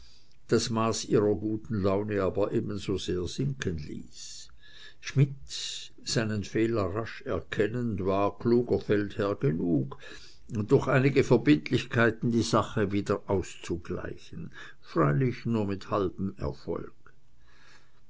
das maß ihrer guten laune aber ebensosehr sinken ließ schmidt seinen fehler rasch erkennend war kluger feldherr genug durch einige verbindlichkeiten die sache wieder auszugleichen freilich nur mit halbem erfolg